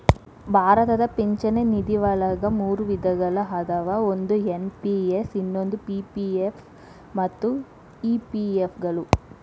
ಭಾರತದ ಪಿಂಚಣಿ ನಿಧಿವಳಗ ಮೂರು ವಿಧಗಳ ಅದಾವ ಒಂದು ಎನ್.ಪಿ.ಎಸ್ ಇನ್ನೊಂದು ಪಿ.ಪಿ.ಎಫ್ ಮತ್ತ ಇ.ಪಿ.ಎಫ್ ಗಳು